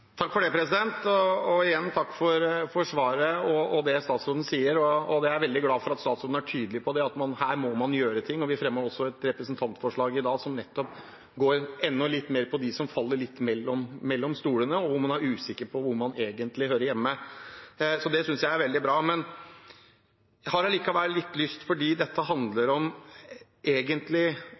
Igjen: Takk for svaret og det statsråden sier, og jeg er veldig glad for at statsråden er tydelig på at her må man gjøre ting. Vi fremmet også et representantforslag i dag som nettopp går på dem som faller litt mellom to stoler, og der man er usikker på hvor man egentlig hører hjemme. Så det synes jeg er veldig bra. Dette handler egentlig om små grep, det handler om